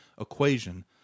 equation